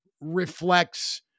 reflects